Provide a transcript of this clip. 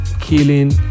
killing